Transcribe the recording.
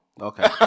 Okay